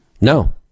No